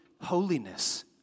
holiness